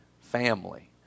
family